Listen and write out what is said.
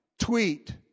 tweet